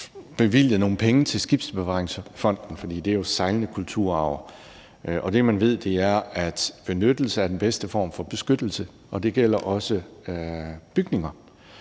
bevilget nogle penge til Skibsbevaringsfonden, for det er jo sejlende kulturarv. Det, man ved, er, at benyttelse er den bedste form for beskyttelse, og det gælder også bygninger.